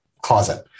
closet